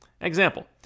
Example